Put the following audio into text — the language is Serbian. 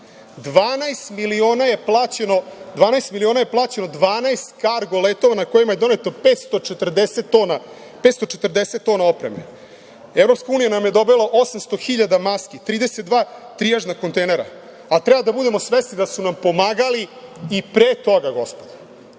12 miliona je plaćeno 12 kargo letova na kojima je doneto 540 tona opreme. Evropska unija nam je donela 800 hiljada maski, 32 triažna kontejnera, a treba da budemo svesni da su nam pomagali i pre toga, gospodo,